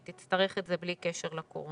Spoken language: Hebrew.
היא תצטרך את זה בלי קשר לקורונה.